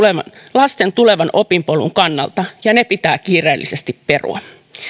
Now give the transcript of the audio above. lasten tulevan opinpolun kannalta ja ne pitää kiireellisesti perua